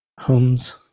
home's